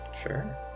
Sure